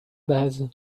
base